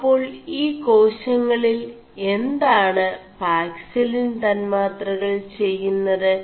അേçാൾ ഈ േകാശÆളിൽ എാണ് പാക ിലിൻ തøാ4തകൾ െചgMത്